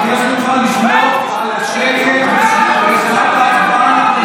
אני מבקש ממך לשמור על השקט בשעת ההצבעה.